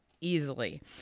easily